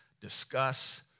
discuss